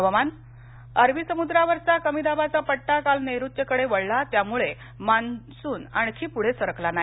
हुवामान अरबी समुद्रावरचा कमी दाबाचा पट्टा काल नैऋत्येकडे वळला त्यामुळे मॉन्सून आणखी पुढे सरकला नाही